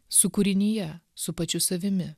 su kūrinija su pačiu savimi